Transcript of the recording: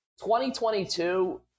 2022